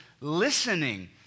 listening